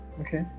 Okay